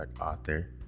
Author